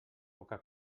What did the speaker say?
poca